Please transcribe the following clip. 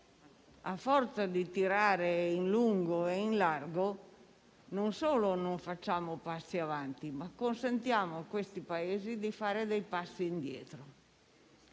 a forza di tirare in lungo e in largo, non solo non facciamo passi in avanti, ma consentiamo a questi Paesi di fare passi indietro.